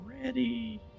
ready